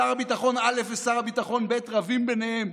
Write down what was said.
שר הביטחון א' ושר הביטחון ב' רבים ביניהם.